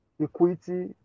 equity